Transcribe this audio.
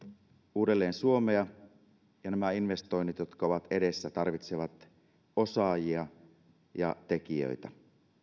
uudelleen suomea ja nämä investoinnit jotka ovat edessä tarvitsevat osaajia ja tekijöitä